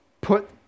put